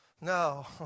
no